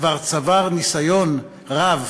כבר צבר ניסיון רב